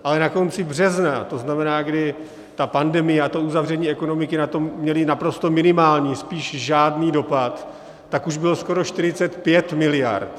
Ale na konci března, to znamená, kdy ta pandemie a to uzavření ekonomiky na to měly naprosto minimální, spíš žádný dopad, tak už bylo skoro 45 miliard.